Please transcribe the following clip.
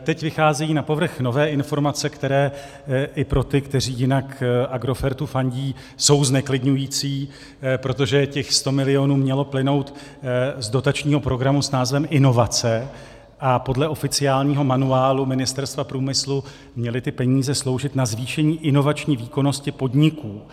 Teď vycházejí na povrch nové informace, které i pro ty, kteří jinak Agrofertu fandí, jsou zneklidňující, protože těch 100 milionů mělo plynout z dotačního programu s názvem Inovace a podle oficiálního manuálu Ministerstva průmyslu měly ty peníze sloužit na zvýšení inovační výkonnosti podniků.